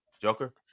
Joker